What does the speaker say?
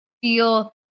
feel